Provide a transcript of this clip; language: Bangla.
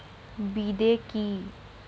বিদে কি?